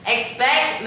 Expect